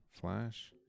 Flash